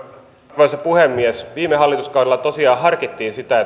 arvoisa puhemies viime hallituskaudella tosiaan harkittiin sitä